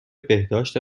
بهداشت